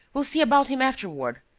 we'll see about him afterward.